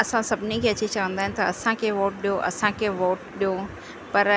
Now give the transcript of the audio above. असां सभिनी खे अची चवंदा आहिनि त असांखे वोट ॾियो असांखे वोट ॾियो पर